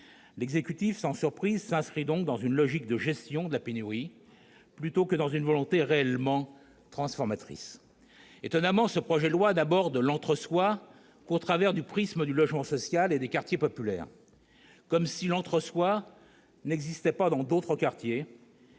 l'exécutif, sans surprise, s'inscrit donc dans une logique de gestion de la pénurie plutôt que dans une volonté réellement transformatrice. Étonnamment, ce projet de loi n'aborde la question de l'« entre soi » qu'au travers du prisme du logement social et des quartiers populaires, comme si l'« entre soi » n'existait pas dans d'autres quartiers,